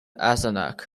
eisenach